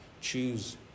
choose